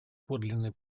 подлинной